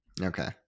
Okay